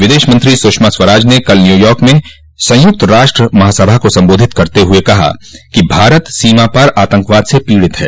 विदेश मंत्री सुषमा स्वराज ने कल न्यूयॉर्क में संयुक्त राष्ट्र महासभा को संबोधित करते हुए कहा कि भारत सीमापार आतंकवाद से पीड़ित है